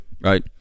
right